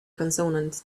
consonant